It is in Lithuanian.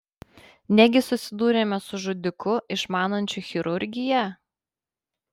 negi susidūrėme su žudiku išmanančiu chirurgiją